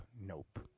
nope